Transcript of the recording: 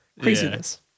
Craziness